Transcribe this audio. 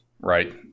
right